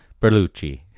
Berlucci